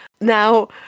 now